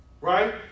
Right